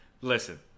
Listen